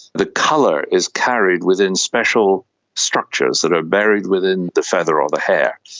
the colour is carried within special structures that are buried within the feather or the hair.